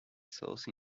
south